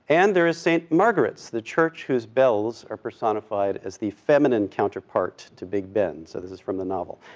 and there is st. margaret's, the church whose bells are personified as the feminine counterpart to big ben, so this is from the novel.